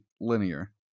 linear